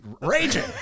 raging